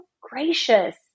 gracious